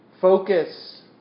focus